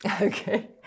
Okay